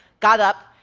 got up,